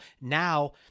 now